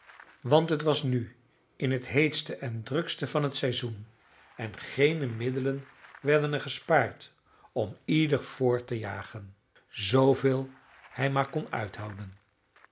want het was nu in het heetste en drukste van het seizoen en geene middelen werden er gespaard om ieder voort te jagen zooveel hij maar kon uithouden